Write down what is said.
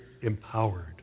empowered